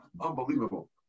unbelievable